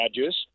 badges